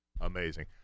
Amazing